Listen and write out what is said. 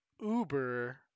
Uber